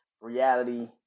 reality